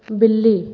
बिल्ली